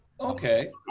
Okay